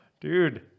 Dude